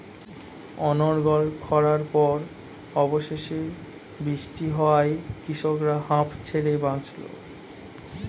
অনর্গল খড়ার পর অবশেষে বৃষ্টি হওয়ায় কৃষকরা হাঁফ ছেড়ে বাঁচল